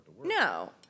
No